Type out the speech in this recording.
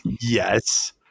Yes